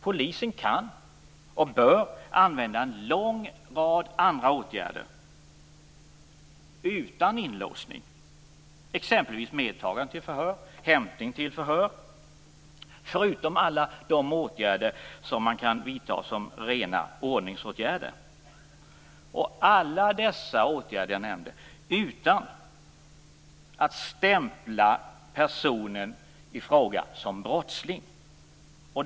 Polisen kan och bör använda en lång rad andra åtgärder, utan inlåsning, exempelvis medtagande till förhör och hämtning till förhör, förutom alla de åtgärder som kan vidtas som är rena ordningsåtgärder - alla dessa åtgärder utan att "stämpla" personen i fråga som brottsling.